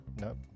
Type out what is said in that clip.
Nope